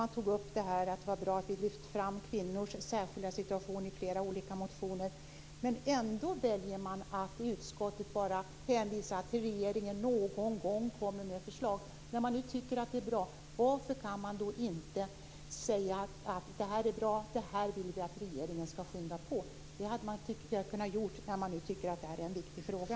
Conny Öhman sade att det är bra att vi lyfter fram kvinnors särskilda situation i flera olika motioner. Ändå väljer man att i utskottet bara hänvisa till att regeringen någon gång kommer med förslag. Varför kan man inte säga att det är bra åtgärder och att man vill att regeringen skall skynda på? Det tycker jag att man kunde ha gjort eftersom man tycker att det är en viktig fråga.